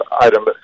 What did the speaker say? item